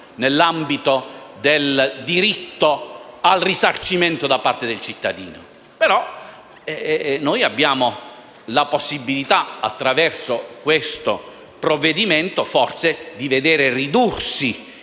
nell'ambito del diritto al risarcimento da parte del cittadino. Forse, però, abbiamo la possibilità, attraverso questo provvedimento, di vedere ridursi